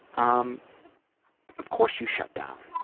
um of course you shut down.